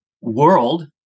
world